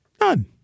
None